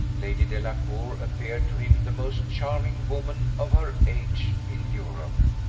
lady delacour appeared to him the most charming woman, of her age, in europe.